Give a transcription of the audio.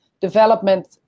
development